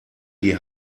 die